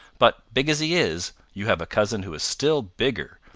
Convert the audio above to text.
but big as he is, you have a cousin who is still bigger,